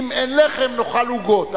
אם אין לחם נאכל עוגות,